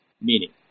meaning